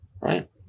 Right